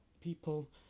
people